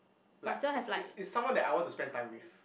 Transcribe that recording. like is is is someone that I want to spend time with